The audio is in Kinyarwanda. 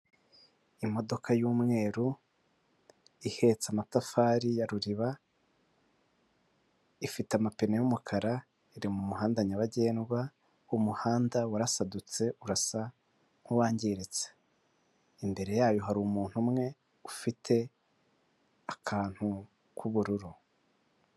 Imodoka y'umweru ihetse amatafari ya ruriba ifite amapine y'umukara iri mumuhanda nyabagendwa umuhanda warasadutse urasa nk'uwangiritse imbere yayo hari umuntu umwe ufite akantu k'ubururu.